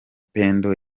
pendo